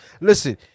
listen